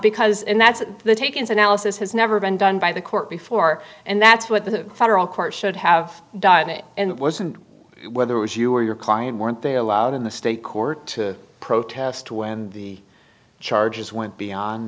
because in that's the takings analysis has never been done by the court before and that's what the federal court should have done it and it wasn't whether it was you or your client weren't they allowed in the state court to protest when the charges went beyond